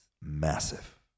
massive